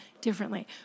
differently